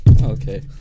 okay